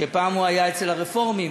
שפעם הוא היה אצל הרפורמים,